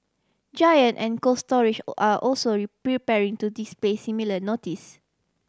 giant and Cold Storage O are also preparing to display similar notice